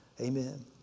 Amen